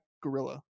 gorilla